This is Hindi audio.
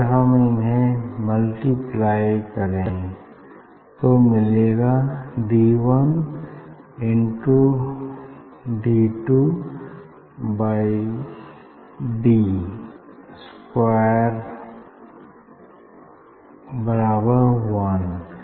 अगर हम इन्हें मल्टीप्लाई करें तो मिलेगा D one into D two by D square बराबर वन